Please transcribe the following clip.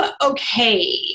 okay